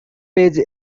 page